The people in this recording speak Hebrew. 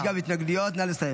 יש גם התנגדויות, נא לסיים.